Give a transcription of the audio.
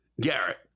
Garrett